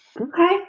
Okay